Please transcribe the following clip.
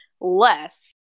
less